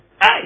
Hey